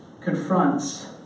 confronts